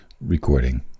recording